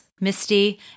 Misty